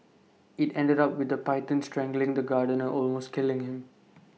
IT ended up with the python strangling the gardener are almost killing him